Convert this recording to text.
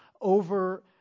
over